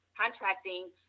contracting